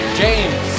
james